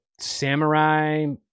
samurai